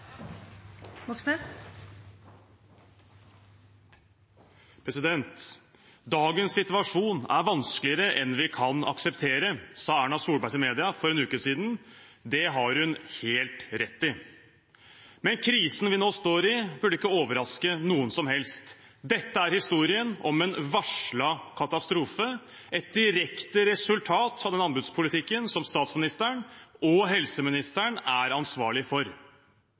tjenesten. Dagens situasjon er vanskeligere enn vi kan akseptere, sa Erna Solberg til media for en uke siden. Det har hun helt rett i. Men krisen vi nå står i, burde ikke overraske noen som helst. Dette er historien om en varslet katastrofe, et direkte resultat av den anbudspolitikken som statsministeren og helseministeren er ansvarlig for.